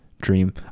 dream